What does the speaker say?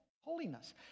holiness